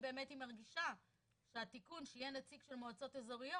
באמת היא מרגישה שהתיקון שיהיה נציג של מועצות אזוריות